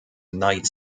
night